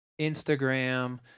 Instagram